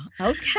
okay